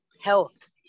health